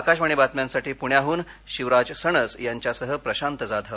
आकाशवाणी बातम्यांसाठी पुण्याहून शिवराज सणस यांच्यासह प्रशांत जाधव